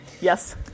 Yes